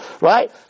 Right